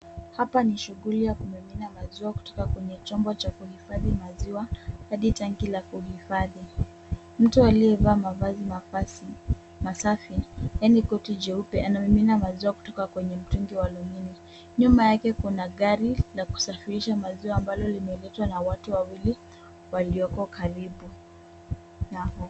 Hapa ni shughuli ya kumimina maziwa kutoka kwenye chombo cha kuhifadhi maziwa hadi tanki la kuhifadhi. Mtu aliyevaa mavazi masafi yaani koti jeupe anamimina maziwa kutoka kwenye mtungi wa alumini. Nyuma yake kuna gari la kusafirisha maziwa ambalo limeletwa watu wawili walioko karibu nao.